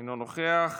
אינו נוכח,